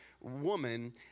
woman